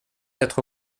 être